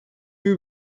who